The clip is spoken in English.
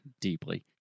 deeply